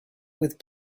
with